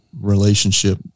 relationship